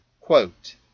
quote